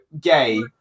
gay